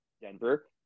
Denver